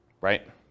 right